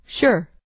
Sure